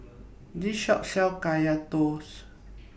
This Shop sells Kaya Toast